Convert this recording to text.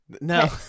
no